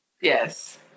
Yes